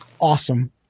awesome